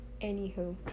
anywho